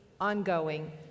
ongoing